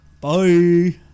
Bye